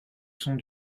sont